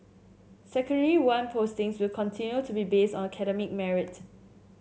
Secondary One postings will continue to be based on academic merit